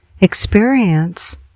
experience